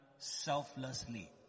selflessly